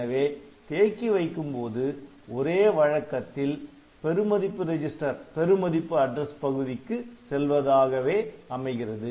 எனவே தேக்கி வைக்கும் போது ஒரே வழக்கத்தில் பெருமதிப்பு ரெஜிஸ்டர் பெருமதிப்பு அட்ரஸ் பகுதிக்கு செல்வதாகவே அமைகிறது